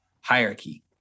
hierarchy